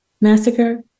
massacre